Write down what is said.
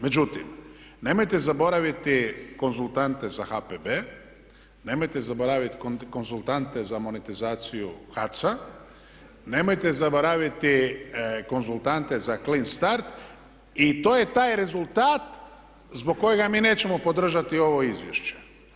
Međutim, nemojte zaboraviti konzultante za HPB, nemojte zaboraviti konzultante za monetizaciju HAC-a, nemojte zaboraviti konzultante za clean start i to je taj rezultat zbog kojega mi nećemo podržati ovo izvješće.